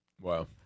Wow